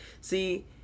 see